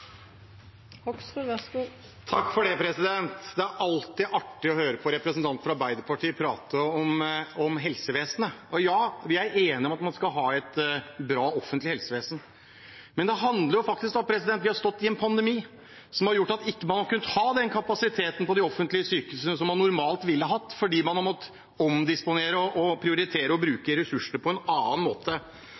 Det er alltid artig å høre på representantene fra Arbeiderpartiet prate om helsevesenet. Ja, vi er enige om at man skal ha et bra offentlig helsevesen, men det handler om at vi har stått i en pandemi som har gjort at man ikke har kunnet ha den kapasiteten på de offentlige sykehusene som man normalt ville hatt, fordi man har måttet omdisponere og prioritere å bruke ressursene på en annen måte.